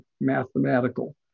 mathematical